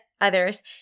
others